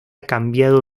cambiado